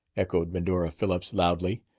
echoed medora phillips loudly,